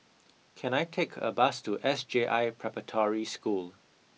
can I take a bus to S J I Preparatory School